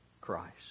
Christ